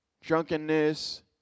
drunkenness